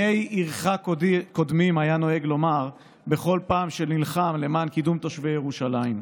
בהמשך לכל שאר החוקים הדיקטטוריים,